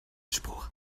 spruch